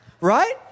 right